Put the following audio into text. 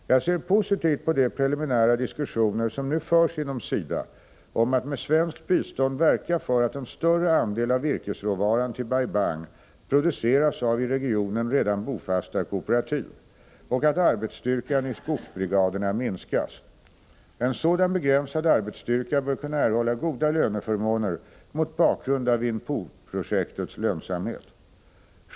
Jag ser positivt på de preliminära diskussioner som nu förs inom SIDA om att med svenskt bistånd verka för att en större andel av virkesråvaran till Bai Bang produceras av i regionen redan bofasta kooperativ och att arbetsstyrkan i skogsbrigaderna minskas. En sådan begränsad arbetsstyrka bör kunna erhålla goda löneförmåner mot bakgrund av Vinh Phu-projektets lönsamhet.